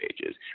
pages